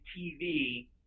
TV